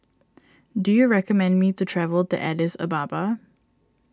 do you recommend me to travel to Addis Ababa